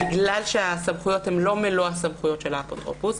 בגלל שהסמכויות הן לא מלוא הסמכויות של האפוטרופוס,